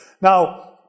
Now